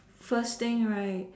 first thing right